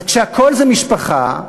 אז כשהכול זה משפחה,